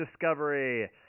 discovery